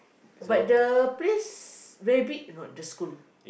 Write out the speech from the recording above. but the place very big are not the school